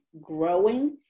growing